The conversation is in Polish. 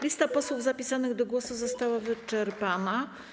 Lista posłów zapisanych do głosu została wyczerpana.